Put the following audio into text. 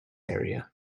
area